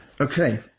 Okay